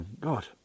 God